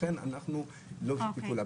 לכן אנחנו לא משתפים פעולה.